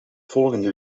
volgende